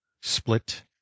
split